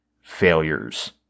failures